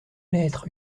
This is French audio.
lettre